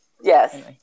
Yes